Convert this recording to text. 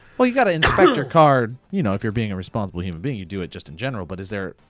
well you gotta inspect your car you know if you're being a responsible human being, you do it just in general, but is there?